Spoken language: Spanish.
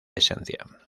esencia